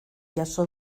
jaso